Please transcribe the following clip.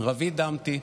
רביד דמתי,